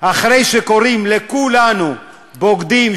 אחרי שקוראים לכולנו בוגדים,